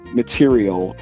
material